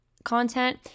content